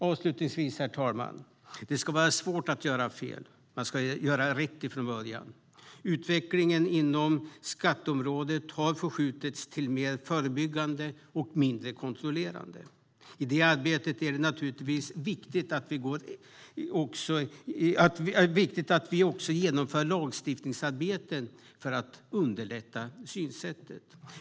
Avslutningsvis, herr talman: Det ska vara svårt att göra fel. Man ska göra rätt från början. Utvecklingen inom skatteområdet har förskjutits till mer förebyggande och mindre kontrollerande. I det arbetet är det naturligtvis viktigt att vi också genomför lagstiftningsarbeten för att underlätta detta synsätt.